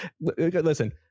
listen